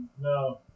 No